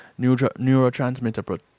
neurotransmitter